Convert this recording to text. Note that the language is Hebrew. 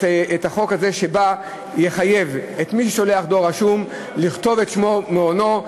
את החוק הזה שיחייב את מי ששולח דואר רשום לכתוב את שמו ומענו.